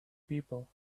people